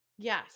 Yes